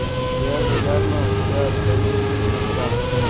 Share बजार म share खरीदे के तरीका?